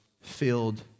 filled